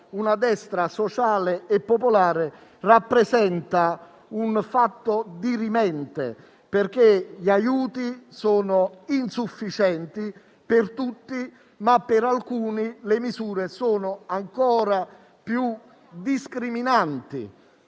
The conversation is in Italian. Camera, sia qui al Senato - rappresenta un fatto dirimente, perché gli aiuti sono insufficienti per tutti, ma per alcuni le misure sono ancora più discriminanti.